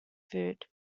food